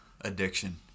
addiction